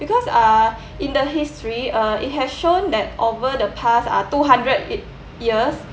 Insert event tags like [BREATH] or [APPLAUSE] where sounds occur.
because uh [BREATH] in the history uh it has shown that over the past ah two hundred ye~ years